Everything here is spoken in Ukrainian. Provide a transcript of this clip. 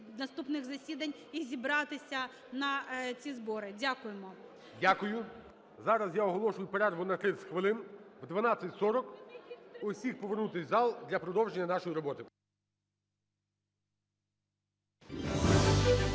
наступних засідань і зібратися на ці збори. Дякуємо. ГОЛОВУЮЧИЙ. Дякую. Зараз я оголошую перерву на 30 хвилин. О 12:40 всім повернутися в зал для продовження нашої роботи. (Після